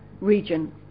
region